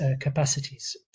capacities